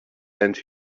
and